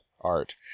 art